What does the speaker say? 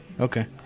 okay